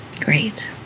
Great